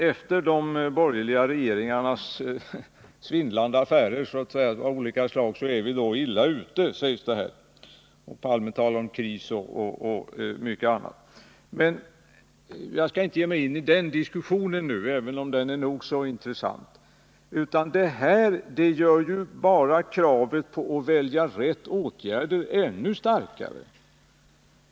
Efter de borgerliga regeringarnas svindlande affärer av olika slag är vi illa ute, sägs det här igen. Olof Palme talar också om kris, säger Ulf Adelsohn, men jag skall inte ge mig in i den diskussionen, även om den är nog så intressant. Allt det här gör ju bara kravet på att välja rätt åtgärder ännu starkare.